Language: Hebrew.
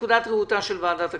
מנקודת ראותה של ועדת הכספים.